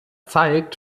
zeigt